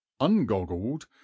ungoggled